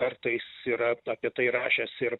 kartais yra apie tai rašęs ir